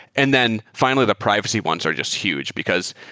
and then finally the privacy ones are just huge because,